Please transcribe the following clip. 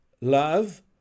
Love